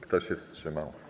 Kto się wstrzymał?